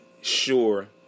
sure